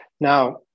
Now